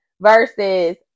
versus